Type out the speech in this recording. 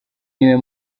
niwe